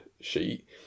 sheet